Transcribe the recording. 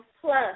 plus